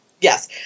Yes